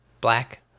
black